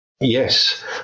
Yes